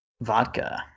vodka